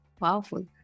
Powerful